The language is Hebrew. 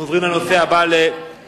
אנחנו עוברים לנושא הבא בסדר-היום: